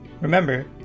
Remember